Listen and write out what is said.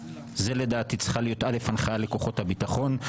זו לדעתי צריכה להיות הנחיה לכוחות הביטחון.